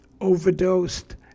overdosed